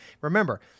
remember